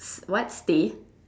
what stay